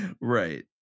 Right